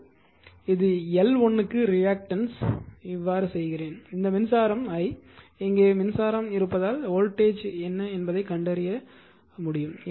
இப்போது இது எல் 1 க்கு ரியாக்டன்ஸ் இவ்வாறு செய்கிறேன் இந்த மின்சாரம் I இங்கே மின்சாரம் இருப்பதால் வோல்டேஜ் என்ன என்பதைக் கண்டறிய முடியும்